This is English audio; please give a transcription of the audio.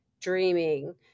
dreaming